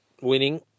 Winning